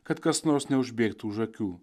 kad kas nors neužbėgtų už akių